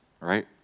right